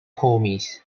homies